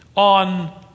On